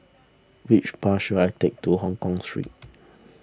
which bus should I take to Hongkong Street